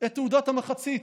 את תעודת המחצית